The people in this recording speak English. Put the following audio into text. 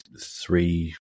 three